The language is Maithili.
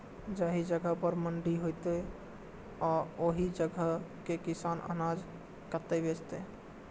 जाहि जगह पर मंडी हैते आ ओहि जगह के किसान अनाज कतय बेचते?